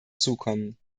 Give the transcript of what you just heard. zukommen